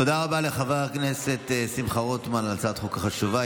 תודה רבה לחבר הכנסת שמחה רוטמן על הצעת החוק החשובה.